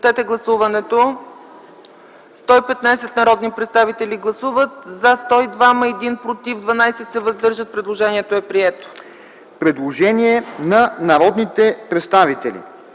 предложение на народния представител